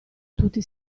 tutti